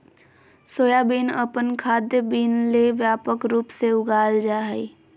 soybean अपन खाद्य bean ले व्यापक रूप से उगाल जा हइ